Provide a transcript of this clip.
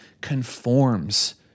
conforms